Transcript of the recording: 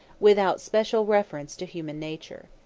without special reference to human nature.